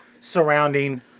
surrounding